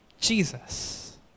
Jesus